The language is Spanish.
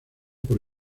por